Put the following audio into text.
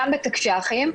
גם בתקש"חים,